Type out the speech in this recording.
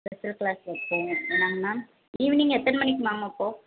special class வைப்போம் என்னங்க ma'am evening எத்தனை மணிக்கு மேம் வைப்போம்